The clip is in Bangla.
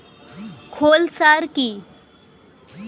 খৈল সার কি?